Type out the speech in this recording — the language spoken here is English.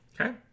okay